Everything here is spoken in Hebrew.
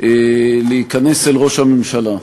להיכנס אל ראש הממשלה,